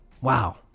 Wow